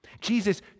Jesus